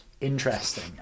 Interesting